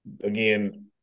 again